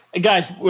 guys